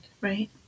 right